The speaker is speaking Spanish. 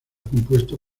compuesto